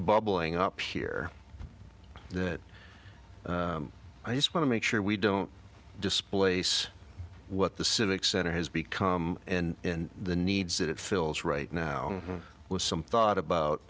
bubbling up here that i just want to make sure we don't displace what the civic center has become and the needs that it fills right now with some thought about